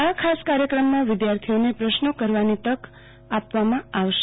આ ખાસ કાર્યક્રમમાં વિદ્યાર્થીઓ ને પ્રશ્નો કરવાની તક આપવામાં આવશે